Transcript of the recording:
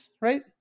right